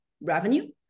revenue